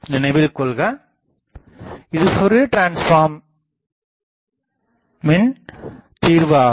நினைவில்கொள்க இது ஃப்போரியர் டிரான்ஸ்ஃபார்மின் தீர்வாகும்